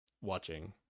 watching